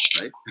right